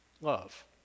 Love